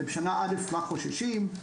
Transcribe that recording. בשנה א' כבר חוששים.